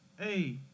hey